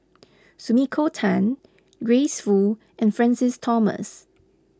Sumiko Tan Grace Fu and Francis Thomas